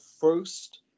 first